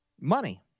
Money